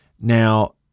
Now